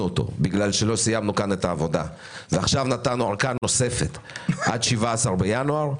אותו כי לא סיימנו כאן את העבודה ועכשיו נתנו ארכה נוספת עד 17 בינואר,